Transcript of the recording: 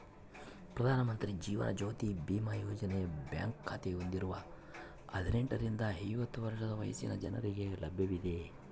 ಪ್ರಧಾನ ಮಂತ್ರಿ ಜೀವನ ಜ್ಯೋತಿ ಬಿಮಾ ಯೋಜನೆಯು ಬ್ಯಾಂಕ್ ಖಾತೆ ಹೊಂದಿರುವ ಹದಿನೆಂಟುರಿಂದ ಐವತ್ತು ವರ್ಷ ವಯಸ್ಸಿನ ಜನರಿಗೆ ಲಭ್ಯವಿದೆ